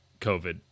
COVID